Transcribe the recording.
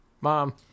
mom